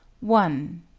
one.